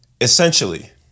essentially